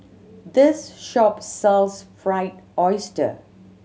this shop sells Fried Oyster